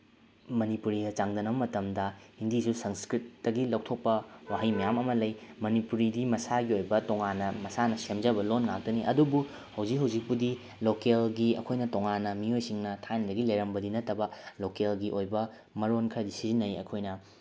ꯃꯅꯤꯄꯨꯔꯤꯒ ꯆꯥꯡꯗꯝꯅ ꯃꯇꯝꯗ ꯍꯤꯟꯗꯤꯁꯨ ꯁꯪꯁꯀ꯭ꯔꯤꯠꯇꯒꯤ ꯂꯧꯊꯣꯛꯄ ꯋꯥꯍꯩ ꯃꯌꯥꯝ ꯑꯃ ꯂꯩ ꯃꯅꯤꯄꯨꯔꯤꯗꯤ ꯃꯁꯥꯒꯤ ꯑꯣꯏꯕ ꯇꯣꯉꯥꯟꯅ ꯃꯁꯥꯅ ꯁꯦꯝꯖꯕ ꯂꯣꯟ ꯉꯥꯛꯇꯅꯤ ꯑꯗꯨꯕꯨ ꯍꯧꯖꯤꯛ ꯍꯧꯖꯤꯛꯄꯨꯗꯤ ꯂꯣꯀꯦꯜꯒꯤ ꯑꯩꯈꯣꯏꯅ ꯇꯣꯉꯥꯟꯅ ꯃꯤꯑꯣꯏꯁꯤꯡꯅ ꯊꯥꯏꯅꯗꯒꯤ ꯂꯩꯔꯝꯕꯗꯤ ꯅꯠꯇꯕ ꯂꯣꯀꯦꯜꯒꯤ ꯑꯣꯏꯕ ꯃꯔꯣꯟ ꯈꯔꯗꯤ ꯁꯤꯖꯤꯟꯅꯩ ꯑꯩꯈꯣꯏꯅ